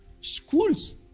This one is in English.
schools